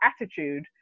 attitude